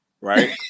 Right